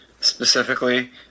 specifically